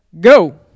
go